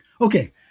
Okay